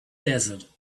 desert